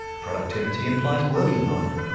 productivity implies working harder,